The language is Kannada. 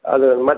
ಅದು ಮತ್ತು